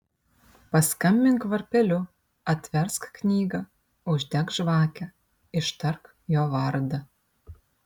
paskambink varpeliu atversk knygą uždek žvakę ištark jo vardą